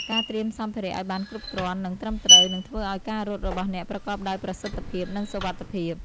ការត្រៀមសម្ភារៈឱ្យបានគ្រប់គ្រាន់ និងត្រឹមត្រូវ នឹងធ្វើឱ្យការរត់របស់អ្នកប្រកបដោយប្រសិទ្ធភាព និងសុវត្ថិភាព។